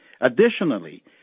Additionally